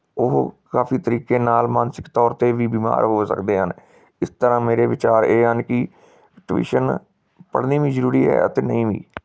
ਉਹ ਕਾਫੀ ਤਰੀਕੇ ਨਾਲ ਮਾਨਸਿਕ ਤੌਰ 'ਤੇ ਵੀ ਬਿਮਾਰ ਹੋ ਸਕਦੇ ਹਨ ਇਸ ਤਰ੍ਹਾਂ ਮੇਰੇ ਵਿਚਾਰ ਇਹ ਹਨ ਕਿ ਟਿਊਸ਼ਨ ਪੜ੍ਹਨੀ ਵੀ ਜ਼ਰੂਰੀ ਹੈ ਅਤੇ ਨਹੀਂ ਵੀ